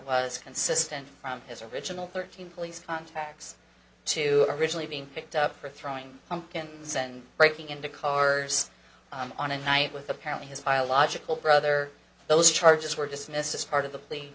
was consistent from his original thirteen police contacts to originally being picked up for throwing pumpkins and breaking into cars on a night with apparently his biological brother those charges were dismissed as part of the